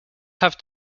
have